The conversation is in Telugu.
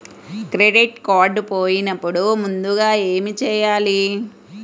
క్రెడిట్ కార్డ్ పోయినపుడు ముందుగా ఏమి చేయాలి?